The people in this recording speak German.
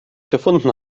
gefunden